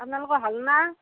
আপনালোকৰ হ'ল না